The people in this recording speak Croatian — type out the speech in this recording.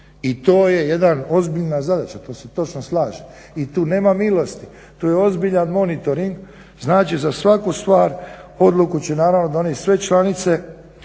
I to je jedna ozbiljna zadaća i tu se slažem i tu nema milosti. Tu je ozbiljan monitoring, znači za svaku stvar odluku će naravno donijeti sve članice